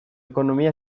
ekonomia